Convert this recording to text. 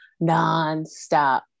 nonstop